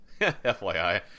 FYI